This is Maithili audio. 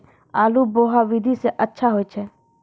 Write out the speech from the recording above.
आलु बोहा विधि सै अच्छा होय छै?